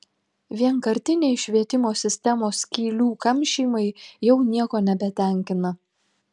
vienkartiniai švietimo sistemos skylių kamšymai jau nieko nebetenkina